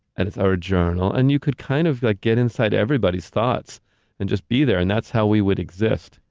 and ah or a journal and you could kind of like get inside everybody's thoughts and just be there, and that's how we would exist,